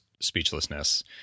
speechlessness